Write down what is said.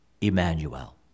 Emmanuel